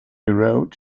wrote